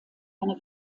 eine